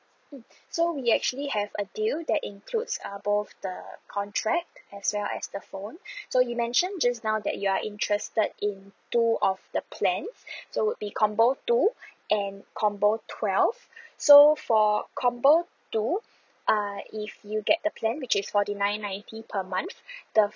mm so we actually have a deal that includes uh both the contract as well as the phone so you mentioned just now that you are interested in two of the plan so would be combo two and combo twelve so for combo two uh if you get the plan which is forty nine ninety per month the